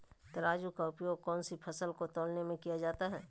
तराजू का उपयोग कौन सी फसल को तौलने में किया जाता है?